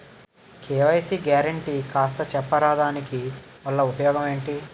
KYC guarantee కాస్త చెప్తారాదాని వల్ల ఉపయోగం ఎంటి?